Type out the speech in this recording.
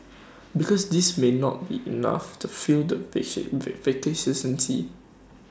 because this may not be enough to fill the